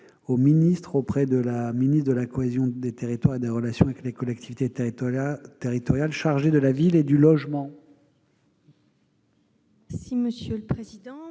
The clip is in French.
le ministre auprès de la ministre de la cohésion des territoires et des relations avec les collectivités territoriales, chargé de la ville et du logement. Monsieur le ministre,